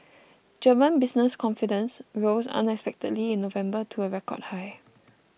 German business confidence rose unexpectedly in November to a record high